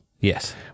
Yes